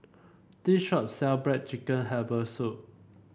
this shop sell black chicken Herbal Soup